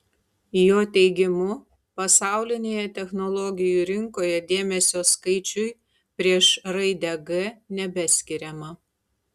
jo teigimu pasaulinėje technologijų rinkoje dėmesio skaičiui prieš raidę g nebeskiriama